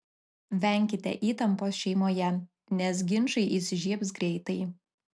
venkite įtampos šeimoje nes ginčai įsižiebs greitai